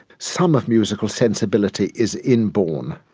some of musical sensibility is inborn.